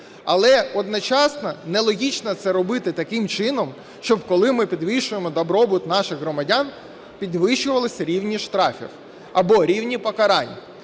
Але одночасно, нелогічно це робити таким чином, щоб коли ми підвищуємо добробут наших громадян, підвищувалась рівні штрафів або рівні покарань,